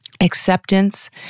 Acceptance